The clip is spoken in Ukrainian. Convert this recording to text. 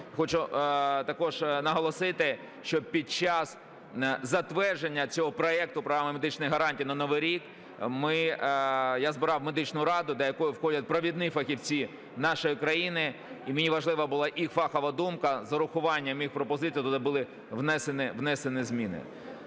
Хочу також наголосити, що під час затвердження цього проекту Програми медичних гарантій на новий рік я збирав медичну раду, до якої входять провідні фахівці нашої країни і мені важлива була їх фахова думка, з урахуванням їх пропозицій туди були внесені зміни.